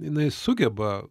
jinai sugeba